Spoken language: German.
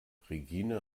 regine